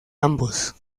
ambos